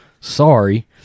Sorry